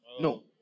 No